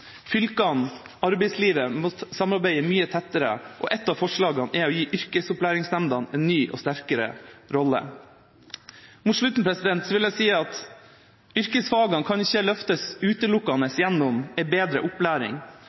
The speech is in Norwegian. Fylkene og arbeidslivet må samarbeide mye tettere, og et av forslagene er å gi yrkesopplæringsnemndene en ny og sterkere rolle. Mot slutten vil jeg si at yrkesfagene ikke kan løftes utelukkende gjennom en bedre opplæring.